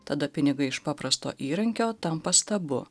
tada pinigai iš paprasto įrankio tampa stabu